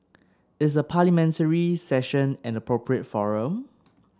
is a Parliamentary Session an appropriate forum